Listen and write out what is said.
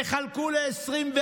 תחלקו ל-24,